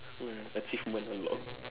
ya achievement unlocked